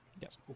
yes